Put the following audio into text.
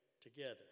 together